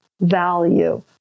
value